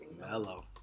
mellow